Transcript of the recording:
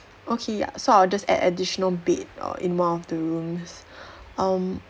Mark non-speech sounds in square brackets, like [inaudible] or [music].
okay ya so I'll just add additional bed err in one of the rooms [breath] um